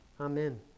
Amen